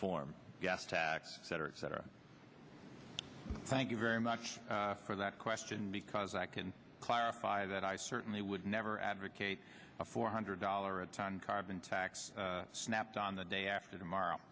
form gas tax cetera et cetera thank you very much for that question because i can clarify that i certainly would never advocate a four hundred dollar a ton carbon tax snapped on the day after tomorrow